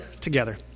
together